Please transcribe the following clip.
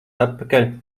atpakaļ